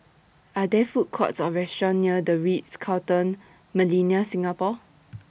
Are There Food Courts Or restaurants near The Ritz Carlton Millenia Singapore